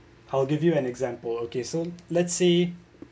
I'll give you an example okay so let's say